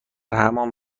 همان